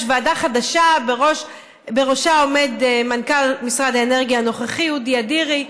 יש ועדה חדשה שבראשה עומד מנכ"ל משרד האנרגיה הנוכחי אודי אדירי,